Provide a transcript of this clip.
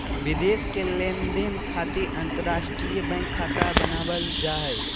विदेश के लेनदेन खातिर अंतर्राष्ट्रीय बैंक खाता बनावल जा हय